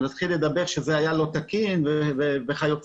שזה היה לא תקין וכו'.